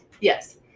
Yes